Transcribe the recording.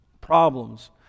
problems